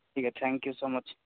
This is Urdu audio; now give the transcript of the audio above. ٹھیک ہے تھینک یو سو مچ